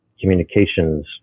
communications